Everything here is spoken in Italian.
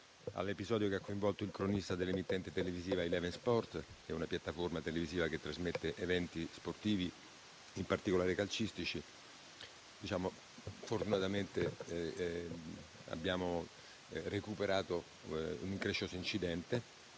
all'episodio che ha coinvolto il cronista dell'emittente televisiva "Eleven Sports" (una piattaforma televisiva che trasmette eventi sportivi, in particolare calcistici), fortunatamente abbiamo recuperato un increscioso incidente.